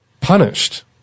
punished